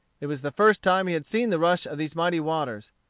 it was the first time he had seen the rush of these mighty waters.